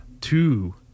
two